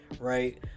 right